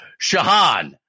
Shahan